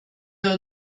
wir